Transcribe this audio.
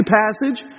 passage